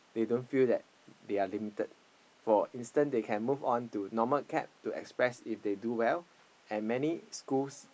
they don't feel that they are limited for instance they can move on to normal academic or express if they do well and many schools